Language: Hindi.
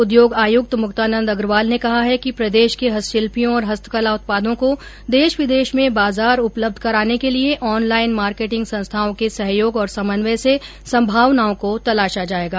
उद्योग आयुक्त मुक्तानन्द अग्रवाल ने कहा है कि प्रदेश के हस्तशिल्पियों और हस्तकला उत्पादों को देश विदेश में बाजार उपलब्ध कराने के लिए ऑनलाईन मार्केटिंग संस्थाओं के सहयोग और समन्वय से संभावनाओं को तलाशा जाएगा